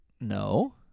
No